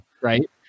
right